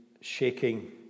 shaking